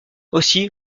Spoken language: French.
aussi